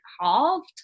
halved